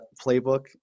playbook